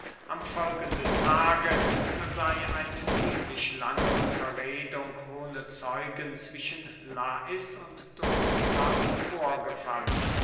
am folgenden tage sey eine ziemlich lange unterredung ohne zeugen zwischen lais und dorylas vorgefallen